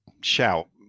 shout